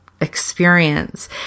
experience